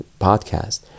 podcast